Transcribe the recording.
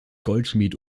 goldschmied